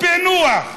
פענוח.